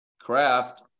craft